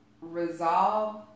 resolve